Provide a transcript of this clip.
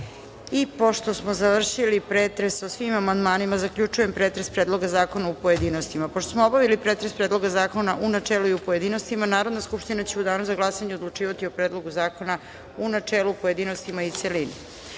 fronta. Pošto smo završili pretres o svim amandmanima, zaključujem pretres Predloga zakona u pojedinostima. Pošto smo obavili pretres Predloga zakona, u načelu, i u pojedinostima, Narodna skupština će u danu za glasanje odlučivati o Predlogu zakona, u načelu, u pojedinostima i